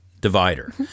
divider